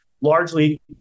largely